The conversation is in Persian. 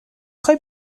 خوای